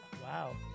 Wow